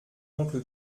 oncle